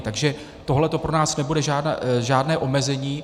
Takže tohleto pro nás nebude žádné omezení.